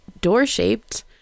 door-shaped